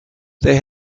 they